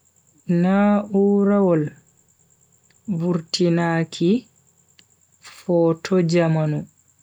Na'urawol vurtinaaki foto jamanu.